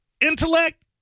intellect